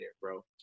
bro